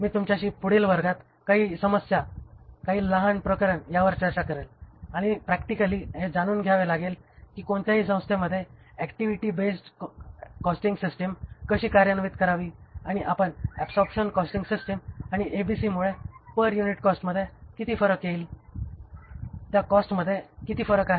मी तुमच्याशी पुढील वर्गात काही समस्या काही लहान प्रकरण यावर चर्चा करीन आणि प्रॅक्टिकली हे जाणून घ्यावे लागेल की कोणत्याही संस्थेमध्ये ऍक्टिव्हिटी बेस्ड कॉस्टिंग सिस्टिम कशी कार्यान्वित करावी आणि आपण ऍबसॉरबशन कॉस्टिंग सिस्टिम आणि ABC मुळे पर युनिट कॉस्टमध्ये किती फरक येईल त्या कॉस्टमध्ये किती फरक आहे